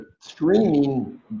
streaming